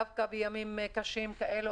דווקא בימים קשים אלה,